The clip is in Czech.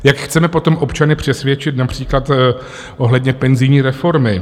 Jak chceme potom občany přesvědčit například ohledně penzijní reformy?